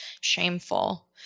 shameful